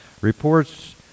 Reports